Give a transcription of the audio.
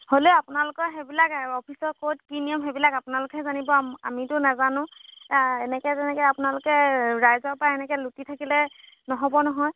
হ'লেও আপোনালোকৰ সেইবিলাক অফিচৰ ক'ত কি নিয়ম সেইবিলাক আপোনালোকে জানিব আমিতো নাজানো এনেকে যেনেকে আপোনালোকে ৰাইজৰ পৰা এনেকে লুটি থাকিলে নহ'ব নহয়